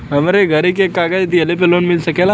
हमरे घरे के कागज दहिले पे लोन मिल सकेला?